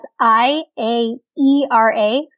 I-A-E-R-A